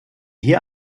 hier